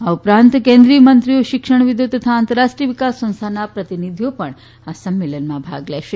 આ ઉપરાંત કેન્દ્રીય મંત્રીઓ શિક્ષણવિદો તથા આંતરરાષ્ટ્રીય વિકાસ સંસ્થાના પ્રતિનિધિઓ પણ સંમેલનમાં ભાગ લેશે